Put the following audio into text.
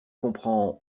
comprend